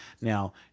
Now